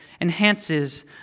enhances